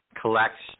collects